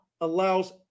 allows